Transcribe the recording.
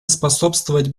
способствовать